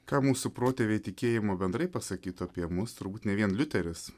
ką mūsų protėviai tikėjimo bendrai pasakytų apie mus turbūt ne vien liuteris